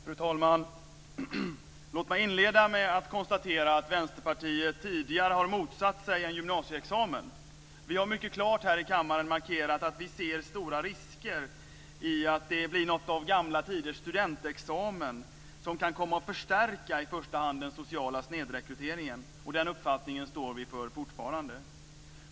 Fru talman! Låt mig inleda med att konstatera att Vänsterpartiet tidigare har motsatt sig en gymnasieexamen. Vi har mycket klart här i kammaren markerat att vi ser stora risker i att det blir något av gamla tiders studentexamen som kan komma att förstärka i första hand den sociala snedrekryteringen. Den uppfattningen står vi fortfarande för.